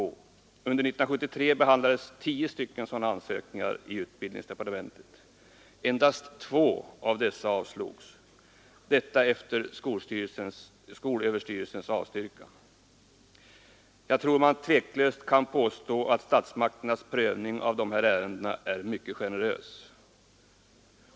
Under år 1973 behandlades tio sådana ansökningar i utbildningsdepartementet och endast två av dessa avslogs — detta efter skolöverstyrelsens avstyrkande. Jag tror att man tveklöst kan påstå att statsmakternas prövning av dessa ärenden är mycket generös.